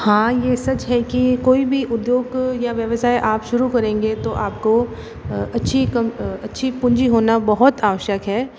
हाँ ये सच है कि कोई भी उद्योग या व्यवसाय आप शुरू करेंगे तो आपको अच्छी कम अच्छी पूंजी होना बहुत आवश्यक है